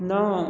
नौ